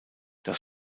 das